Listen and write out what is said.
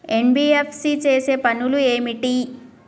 NBFC చేసే పనులు ఏమిటి?